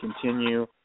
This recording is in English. continue